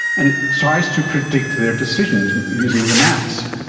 and it tries to predict their decisions using the maths.